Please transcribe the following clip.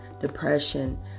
depression